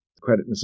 Credit